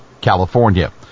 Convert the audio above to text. California